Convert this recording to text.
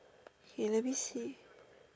hey let me see